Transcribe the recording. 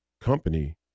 company